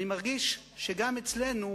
אני מרגיש שגם אצלנו